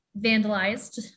vandalized